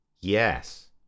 Yes